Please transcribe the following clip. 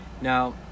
Now